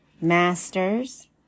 masters